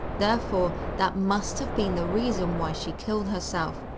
therefore that must have been the reason why she killed herself,